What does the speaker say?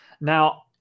Now